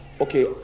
okay